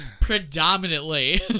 predominantly